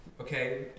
Okay